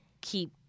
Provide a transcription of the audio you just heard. keep